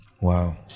Wow